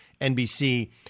NBC